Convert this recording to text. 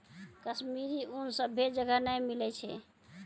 कश्मीरी ऊन सभ्भे जगह नै मिलै छै